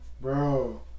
Bro